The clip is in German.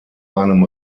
einem